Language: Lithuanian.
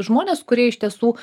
žmonės kurie iš tiesų